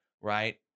right